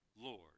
Lord